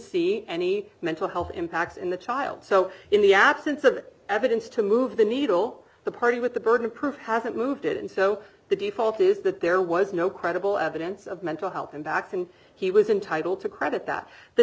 see any mental health impacts in the child so in the absence of evidence to move the needle the party with the burden of proof hasn't moved it and so the default is that there was no credible evidence of mental health and back then he was entitled to credit that the